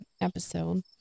episode